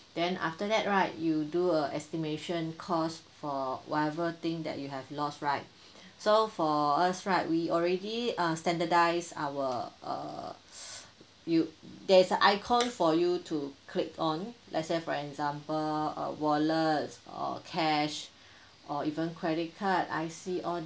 then after that right you do a estimation cost for whatever thing that you have lost right so for us right we already uh standardise our err you there's a icon for you to click on let's say for example uh wallet or cash or even credit card I_C all